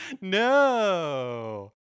No